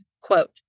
quote